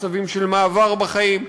מצבים של מעבר בחיים,